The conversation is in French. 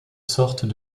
sortent